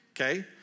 Okay